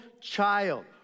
child